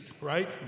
Right